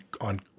on